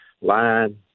Line